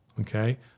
Okay